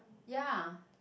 ya